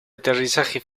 aterrizaje